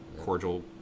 cordial